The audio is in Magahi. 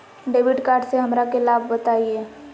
डेबिट कार्ड से हमरा के लाभ बताइए?